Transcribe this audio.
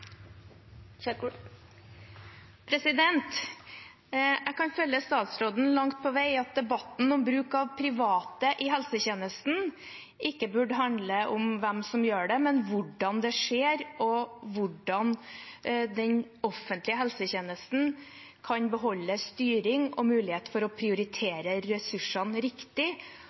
Jeg kan følge statsråden langt på vei i at debatten om bruk av private i helsetjenesten ikke burde handle om hvem som gjør det, men om hvordan det skjer, og om hvordan den offentlige helsetjenesten kan beholde styring og muligheten for å prioritere ressursene riktig.